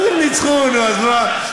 נו, אז הם ניצחו, נו אז מה?